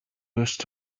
wished